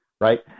Right